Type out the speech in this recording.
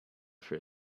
for